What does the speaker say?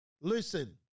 listen